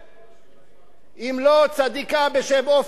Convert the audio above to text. אם לא צדיקה בשם עפרה רוס במשרד שלך,